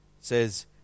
says